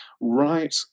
right